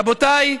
רבותיי,